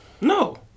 No